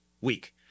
week